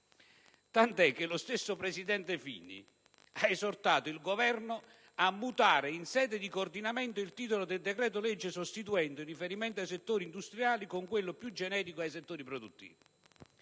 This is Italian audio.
Tant'è che lo stesso presidente Fini ha esortato il Governo a mutare in sede di coordinamento il titolo del decreto-legge, sostituendo il riferimento ai settori industriali con quello più generico ai settori produttivi.